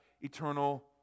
eternal